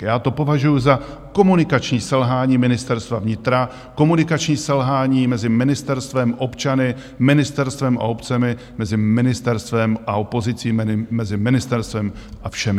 Já to považuji za komunikační selhání Ministerstva vnitra, komunikační selhání mezi ministerstvem a občany, ministerstvem a obcemi, mezi ministerstvem a opozicí, mezi ministerstvem a všemi.